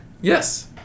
Yes